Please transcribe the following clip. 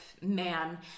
man